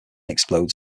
explodes